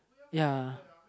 ya